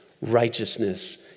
Righteousness